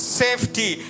safety